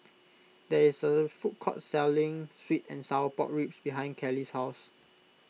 there is a food court selling Sweet and Sour Pork Ribs behind Kellee's house